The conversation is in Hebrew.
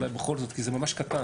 אולי בכל זאת כי זה ממש קטן,